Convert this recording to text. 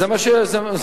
זה מה שקורה בפועל.